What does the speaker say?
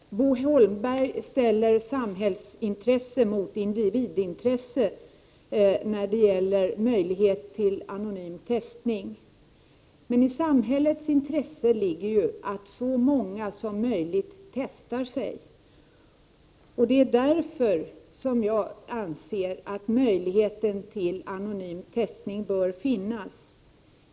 Herr talman! Bo Holmberg ställer samhällsintresse mot individintresse när det gäller möjlighet till anonym testning. I samhällets intresse ligger emellertid att så många som möjligt testar sig. Därför anser jag att möjlighet till anonym testning bör finnas.